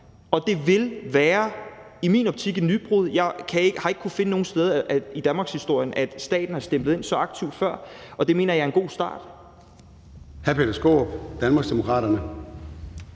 og det vil i min optik være et nybrud. Jeg har ikke kunnet finde nogen steder i danmarkshistorien, hvor staten før har stemplet ind så aktivt, og det mener jeg er en god start.